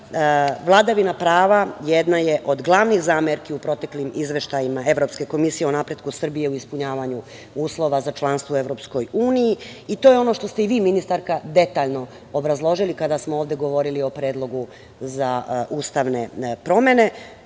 zajedno. Vladavina prava, jedna je od glavnih zamerki u proteklim izveštajima Evropske komisije, o napretku Srbije o ispunjavanju uslova za članstvo u EU, i to je ono što ste i vi ministarka detaljno obrazložili, kada smo ovde govorili o predlogu za ustavne promene,